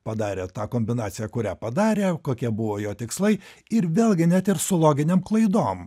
padarė tą kombinaciją kurią padarė kokie buvo jo tikslai ir vėlgi net ir su loginėm klaidom